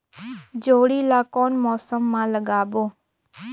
जोणी ला कोन मौसम मा लगाबो?